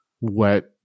wet